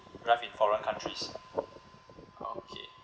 drive in foreign countries okay